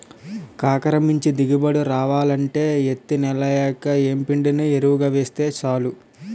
కాకర మంచి దిగుబడి రావాలంటే యిత్తి నెలయ్యాక యేప్పిండిని యెరువుగా యేస్తే సాలు